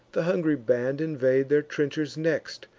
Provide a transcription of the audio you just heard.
the hungry band invade their trenchers next,